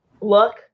look